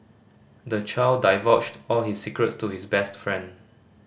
the child divulged all his secrets to his best friend